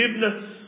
forgiveness